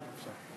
כן.